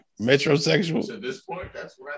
Metrosexual